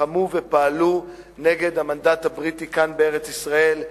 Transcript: לחמו ופעלו נגד המנדט הבריטי כאן בארץ-ישראל,